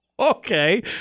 Okay